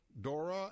Dora